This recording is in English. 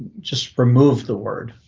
just remove the word.